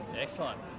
Excellent